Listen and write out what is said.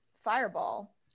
fireball